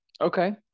Okay